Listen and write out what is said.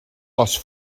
les